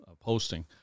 posting